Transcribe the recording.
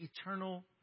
eternal